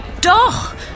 Doch